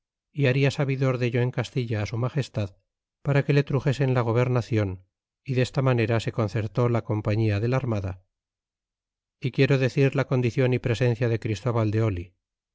é haria sabidor dello en castilla á su magestad para que le truxesen la gobernacion y desta manera se concertó la compañía del armada y quiero decir la condicion y presencia de christóbal de oli